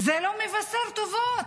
זה לא מבשר טובות.